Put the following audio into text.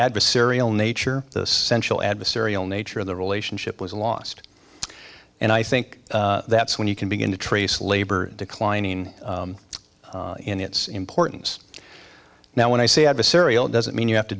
adversarial nature of the central adversarial nature of the relationship was lost and i think that's when you can begin to trace labor declining in its importance now when i say adversarial doesn't mean you have to